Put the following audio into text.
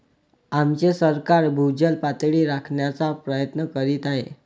आमचे सरकार भूजल पातळी राखण्याचा प्रयत्न करीत आहे